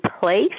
place